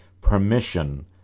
permission